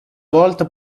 volta